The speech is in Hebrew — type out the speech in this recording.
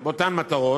(6) באותן מטרות,